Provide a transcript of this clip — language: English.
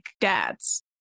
dads